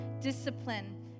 discipline